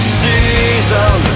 season